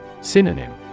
Synonym